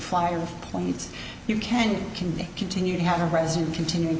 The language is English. flyer points you can can continue to have a president continu